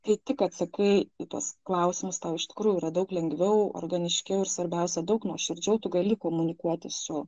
kai tik atsakai į tuos klausimus tau iš tikrųjų yra daug lengviau organiškiau ir svarbiausia daug nuoširdžiau tu gali komunikuoti su